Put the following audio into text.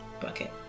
bucket